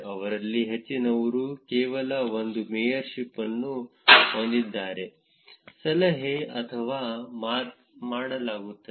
ಅವರಲ್ಲಿ ಹೆಚ್ಚಿನವರು ಕೇವಲ ಒಂದು ಮೇಯರ್ಶಿಪ್ ಅನ್ನು ಹೊಂದಿದ್ದಾರೆ ಸಲಹೆ ಅಥವಾ ಮಾಡಲಾಗುತ್ತದೆ